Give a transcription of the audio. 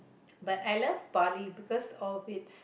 but I love Bali because of its